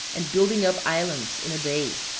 and building up islands in a day.